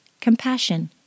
Compassion